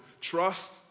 trust